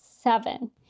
seven